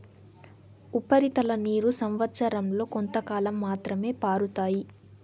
ఉపరితల నీరు సంవచ్చరం లో కొంతకాలం మాత్రమే పారుతాయి